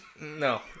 No